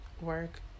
work